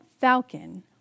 falcon